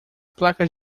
placas